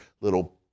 little